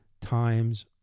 times